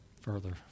further